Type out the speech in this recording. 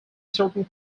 certain